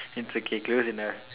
it's okay close enough